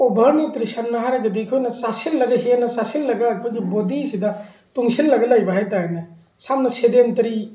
over nutrition ꯍꯥꯏꯔꯒꯗꯤ ꯑꯩꯈꯣꯏꯅ ꯆꯥꯁꯤꯜꯂꯒ ꯍꯦꯟꯅ ꯆꯥꯁꯤꯜꯂꯒ ꯑꯩꯈꯣꯏꯒꯤ ꯕꯣꯗꯤꯁꯤꯗ ꯇꯨꯡꯁꯤꯜꯂꯒ ꯂꯩꯕ ꯍꯥꯏ ꯇꯥꯔꯦꯅꯦ ꯁꯝꯅ ꯁꯦꯗꯦꯟꯇꯔꯤ